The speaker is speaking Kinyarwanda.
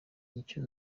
icyo